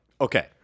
okay